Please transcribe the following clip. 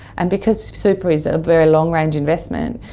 and because super is a very long-range investment,